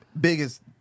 biggest